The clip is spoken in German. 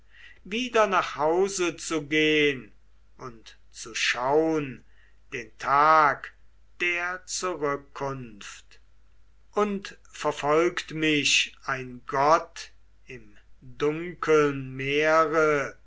wieder nach hause zu gehn und zu schaun den tag der zurückkunft und verfolgt mich ein gott im dunkeln meere